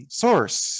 source